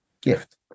Gift